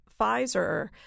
Pfizer